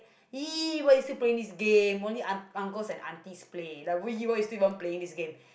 ee why you still playing this game only un~ uncles and aunties play like ee why you even playing this game